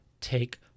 take